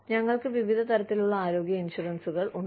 ഞങ്ങൾക്ക് വിവിധ തരത്തിലുള്ള ആരോഗ്യ ഇൻഷുറൻസ് ഉണ്ട്